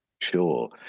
Sure